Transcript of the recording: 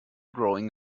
growing